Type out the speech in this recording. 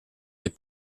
est